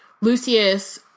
Lucius